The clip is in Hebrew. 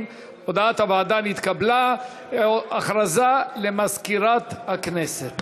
הצעת הוועדה המיוחדת לדיון בהצעת חוק להגברת התחרות ולצמצום